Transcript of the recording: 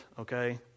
Okay